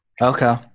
Okay